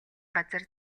газар